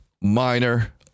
minor